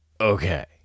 okay